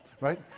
right